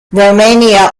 romania